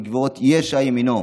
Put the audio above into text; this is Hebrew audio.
בגברות ישע ימינו.